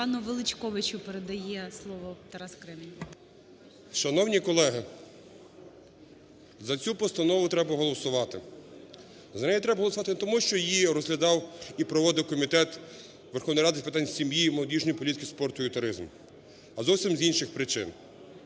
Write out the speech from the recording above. пану Величковичу передає слово Тарас Кремінь. 13:25:06 ВЕЛИЧКОВИЧ М.Р. Шановні колеги! За цю постанову треба голосувати. За неї треба голосувати не тому що її розглядав і проводив Комітет Верховної Ради з питань сім'ї, молодіжної політики, спорту і туризму, а зовсім з інших причин.